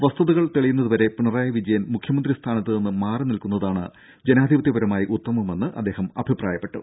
വസ്തുതകൾ തെളിയുന്നതുവരെ പിണറായി വിജയൻ മുഖ്യമന്ത്രി സ്ഥാനത്തുനിന്ന് മാറിനിൽക്കുന്നതാണ് ജനാധിപത്യപരമായി ഉത്തമമെന്ന് അദ്ദേഹം അഭിപ്രായപ്പെട്ടു